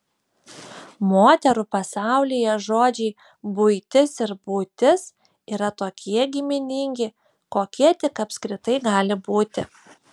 moterų pasaulyje žodžiai buitis ir būtis yra tokie giminingi kokie tik apskritai gali būti